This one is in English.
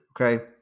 Okay